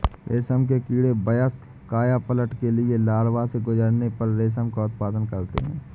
रेशम के कीड़े वयस्क कायापलट के लिए लार्वा से गुजरने पर रेशम का उत्पादन करते हैं